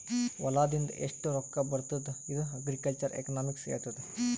ಹೊಲಾದಿಂದ್ ಎಷ್ಟು ರೊಕ್ಕಾ ಬರ್ತುದ್ ಇದು ಅಗ್ರಿಕಲ್ಚರಲ್ ಎಕನಾಮಿಕ್ಸ್ ಹೆಳ್ತುದ್